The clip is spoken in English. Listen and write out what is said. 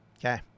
Okay